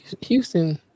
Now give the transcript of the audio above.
Houston